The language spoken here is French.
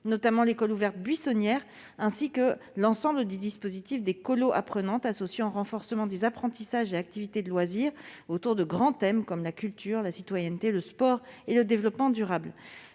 notamment l'« école ouverte buissonnière », ainsi que l'ensemble des dispositifs des « colos apprenantes », associant renforcement des apprentissages et activités de loisir autour de grands thèmes, comme la culture, la citoyenneté, le sport et le développement durable.